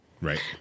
Right